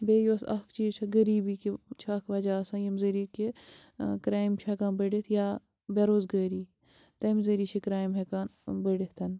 بیٚیہِ یۄس اَکھ چیٖز چھِ غریٖبی کہِ چھِ اَکھ وجہ آسان ییٚمہِ ذٔریعہِ کہِ ٲں کرٛایِم چھُ ہیٚکان بٔڑھتھ یا بےٚ روزگٲری تَمہِ ذٔریعہِ چھِ کرٛایم ہیٚکان ٲں بٔڑھتھ